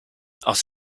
aus